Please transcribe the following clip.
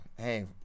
Hey